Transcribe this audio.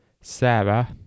Sarah